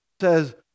says